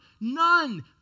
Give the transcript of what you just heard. none